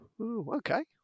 okay